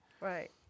Right